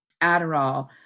Adderall